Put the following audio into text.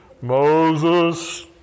Moses